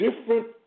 different